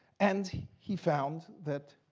and he found that